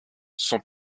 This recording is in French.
son